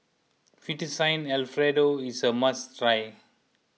Fettuccine Alfredo is a must try